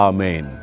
Amen